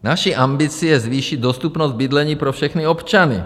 Naší ambicí je zvýšit dostupnost bydlení pro všechny občany.